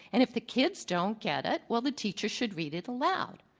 and if the kids don't get it, well, the teachers should read it aloud.